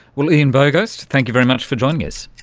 well, ian bogost, thank you very much for joining us.